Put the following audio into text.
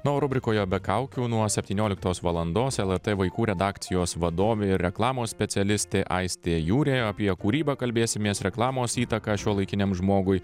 na o rubrikoje be kaukių nuo septynioliktos valandos lrt vaikų redakcijos vadovė ir reklamos specialistė aistė jūrė apie kūrybą kalbėsimės reklamos įtaką šiuolaikiniam žmogui